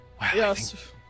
yes